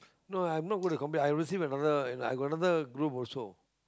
no lah I'm not going to compl~ I received another I got another group also